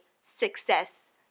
success